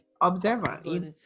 observer